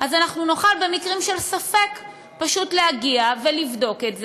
אנחנו נוכל במקרים של ספק פשוט להגיע ולבדוק את זה,